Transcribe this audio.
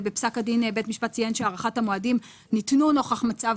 ובפסק הדין בית משפט ציין שהארכת המועדים ניתנו נוכח מצב